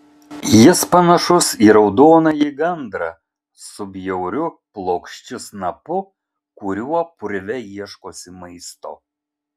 jis panašus į raudonąjį gandrą su bjauriu plokščiu snapu kuriuo purve ieškosi maisto